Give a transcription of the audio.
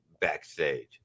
backstage